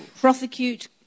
prosecute